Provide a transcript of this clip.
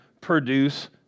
produce